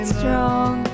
strong